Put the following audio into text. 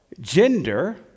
Gender